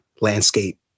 landscape